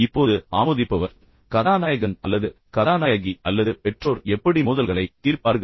இப்போது ஆமோதிப்பவர் கதாநாயகன் அல்லது கதாநாயகி அல்லது பெற்றோர் எப்படி மோதல்களைத் தீர்ப்பார்கள்